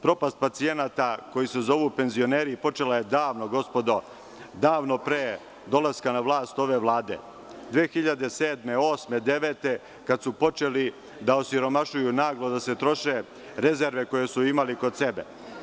Propast pacijenata koji se zovu penzioneri počela je davno, gospodo, davno pre dolaska na vlast ove Vlade, 2007, 2008, 2009. godine, kada su počeli da osiromašuju naglo, da se troše rezerve koje su imali kod sebe.